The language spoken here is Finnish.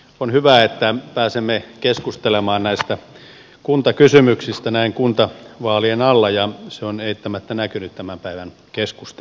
on hyvä että pääsemme keskustelemaan näistä kuntakysymyksistä näin kuntavaalien alla ja se on eittämättä näkynyt tämän päivän keskusteluissa